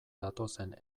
datozen